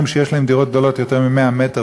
שיש להם דירות גדולות יותר מ-100 מטר,